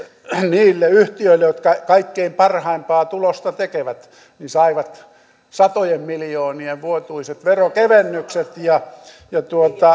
niille yhtiöille jotka kaikkein parhaimpaa tulosta tekevät ne saivat satojen miljoonien vuotuiset veronkevennykset